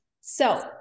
So-